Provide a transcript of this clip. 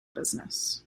business